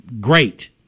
great